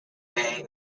bay